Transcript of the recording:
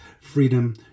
Freedom